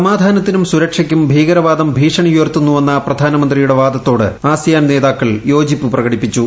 സമാധാനത്തിനും സുരക്ഷയ്ക്കും ഭീകരവാദം ഭീഷണിയുയർത്തുന്നുവെന്ന പ്രധാനമന്ത്രിയുടെ വാദത്തോട് ആസിയാൻ നേതാക്കൾ യോജിപ്പു പ്രകടിപ്പിച്ചു